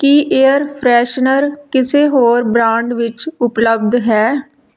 ਕੀ air freshener ਕਿਸੇ ਹੋਰ brand ਵਿੱਚ ਉਪਲਬਧ ਹੈ